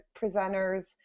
presenters